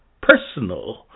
personal